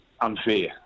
unfair